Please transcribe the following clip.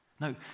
No